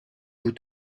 vous